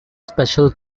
special